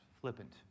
flippant